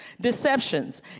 Deceptions